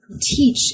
teach